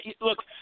Look